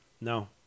No